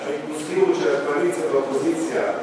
של הריכוזיות, שהקואליציה והאופוזיציה יחד.